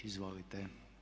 Izvolite.